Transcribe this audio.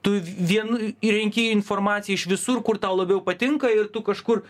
tu vien renki informaciją iš visur kur tau labiau patinka ir tu kažkur